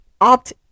opt